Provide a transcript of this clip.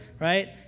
right